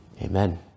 Amen